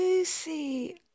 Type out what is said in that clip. Lucy